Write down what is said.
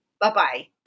Bye-bye